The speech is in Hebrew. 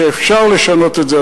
שאפשר לשנות את זה,